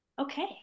okay